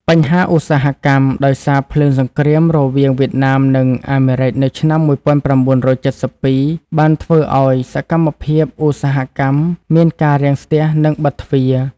បញ្ហាឧស្សាហកម្ម ដោយសារភ្លើងសង្រ្គាមរវាងវៀតណាម និងអាមេរិកនៅឆ្នាំ ១៩៧២ បានធ្វើឲ្យសកម្មភាពឧស្សាហកម្មមានការរាំស្ទះ និងបិតទ្វារ។